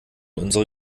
unsere